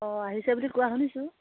অঁ আহিছে বুলি কোৱা শুনিছোঁ